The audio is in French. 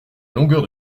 longueur